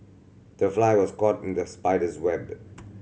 the fly was caught in the spider's web